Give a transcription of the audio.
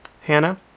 hannah